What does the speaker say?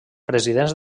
presidents